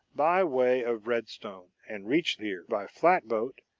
by way of redstone, and reached here by flatboat,